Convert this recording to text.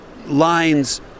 lines